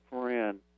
friend